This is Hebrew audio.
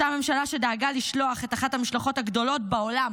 אותה ממשלה שדאגה לשלוח את אחת המשלחות הגדולות בעולם